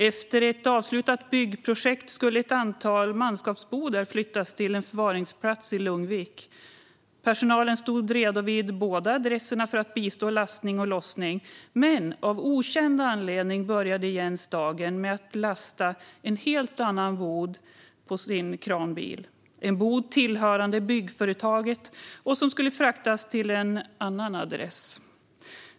Efter ett avslutat byggprojekt skulle ett antal manskapsbodar flyttas till en förvaringsplats i Lugnvik. Personal stod redo vid båda adresserna för att bistå vid lastning och lossning. Men av okänd anledning började Jens dagen med att lasta en helt annan bod på sin kranbil. Boden tillhörde byggföretaget och skulle fraktas till en annan adress.